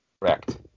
Correct